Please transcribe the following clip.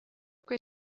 que